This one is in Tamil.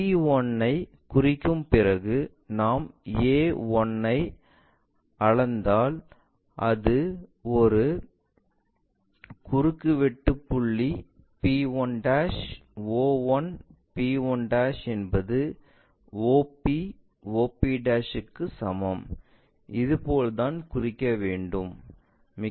P1 ஐக் குறிக்கும் பிறகு நாம் o1 ஐ அளந்தால் இது ஒரு குறுக்குவெட்டு புள்ளி p1 o1 p1 என்பது op op க்கு சமம் இதுபோல்தான் குறிக்க வேண்டும்